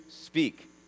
speak